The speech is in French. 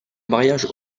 mariage